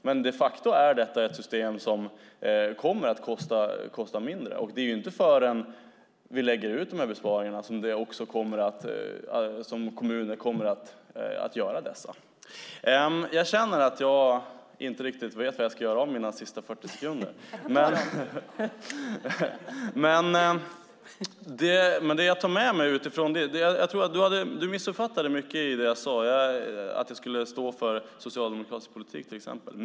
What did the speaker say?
Men de facto är detta ett system som kommer att kosta mindre. Och det är inte förrän vi lägger ut de här besparingarna som kommunerna kommer att göra dem. Du missuppfattade mycket av det jag sade, att jag skulle stå för socialdemokratisk politik till exempel.